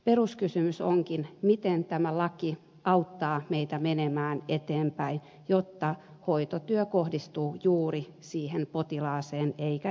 peruskysymys onkin miten tämä laki auttaa meitä menemään eteenpäin jotta hoitotyö kohdistuu juuri potilaaseen eikä esimerkiksi turhaan